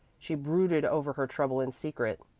she brooded over her trouble in secret,